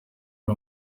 ari